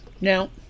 Now